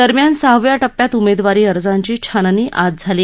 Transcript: दरम्यान सहाव्या टप्प्यात उमेदवारी अर्जांची छाननी आज झाली